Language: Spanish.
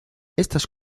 estas